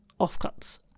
offcuts